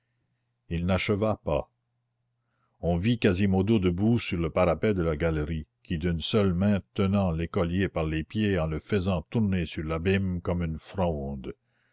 il n'acheva pas on vit quasimodo debout sur le parapet de la galerie qui d'une seule main tenait l'écolier par les pieds en le faisant tourner sur l'abîme comme une fronde